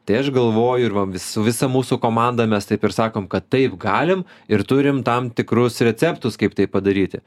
tai aš galvoju ir va vis visą mūsų komandą mes taip ir sakom kad taip galim ir turim tam tikrus receptus kaip tai padaryti